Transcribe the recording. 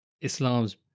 Islam's